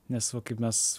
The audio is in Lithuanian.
nes va kaip mes